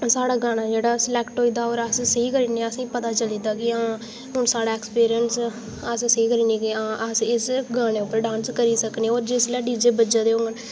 ते साढ़ा गाना जेह्ड़ा सलैक्ट होई गेदा ते होर अस सेही करी जन्ने ते असें ई पता चली जंदा हां हू'न साढ़ा एक्सपीरियंस अस सेही करी जन्ने की आं अस इस गाने पर डांस करी सकने आं होर जिसलै डीजे बज्जा दे होङन